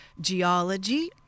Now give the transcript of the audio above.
geology